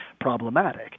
problematic